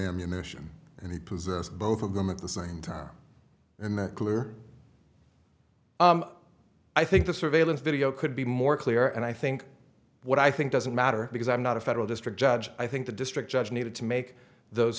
possessed both of them at the same time and the cooler i think the surveillance video could be more clear and i think what i think doesn't matter because i'm not a federal district judge i think the district judge needed to make those